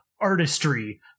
artistry